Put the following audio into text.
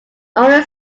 only